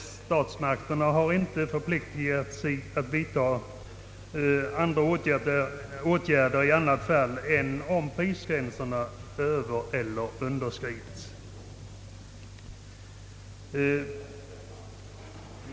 Statsmakterna har inte förpliktat sig att vidta åtgärder i annat fall än om prisgränserna övereller underskrids.